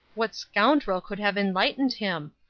what scoundrel could have enlightened him?